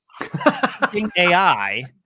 AI